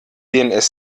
dns